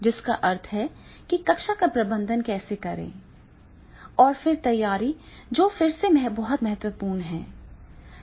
जिसका अर्थ है कि कक्षा का प्रबंधन कैसे करें और फिर तैयारी जो फिर से बहुत महत्वपूर्ण है